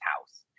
house